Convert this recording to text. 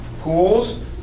pools